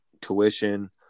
tuition